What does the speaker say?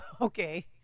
okay